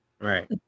Right